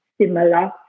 similar